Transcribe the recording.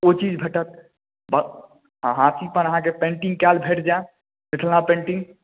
ओ चीज भेटत आ हाथी पर अहाँके पेन्टिंग कयल भेट जाइत मिथिला पेन्टिंग